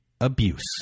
abuse